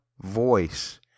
voice